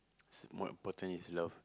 more important is love